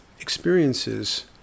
Experiences